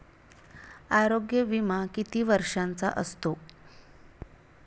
आरोग्य विमा किती वर्षांचा असतो?